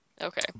Okay